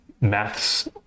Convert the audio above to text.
maths